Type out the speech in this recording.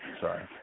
Sorry